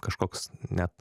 kažkoks net